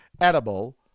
edible